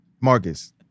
Marcus